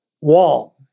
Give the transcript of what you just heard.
wall